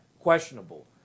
questionable